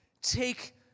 take